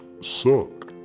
suck